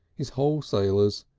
his wholesalers,